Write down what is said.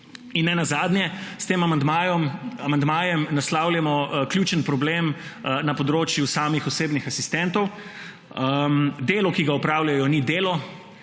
Nenazadnje s tem amandmajem naslavljamo ključen problem na področju samih osebnih asistentov. Delo, ki ga opravljajo, ni delo,